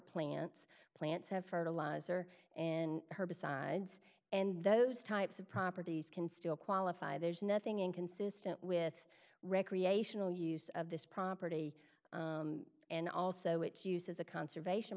plants plants have fertilizer and herbicides and those types of properties can still qualify there's nothing inconsistent with recreational use of this property and also it uses a conservation